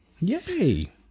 yay